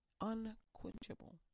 unquenchable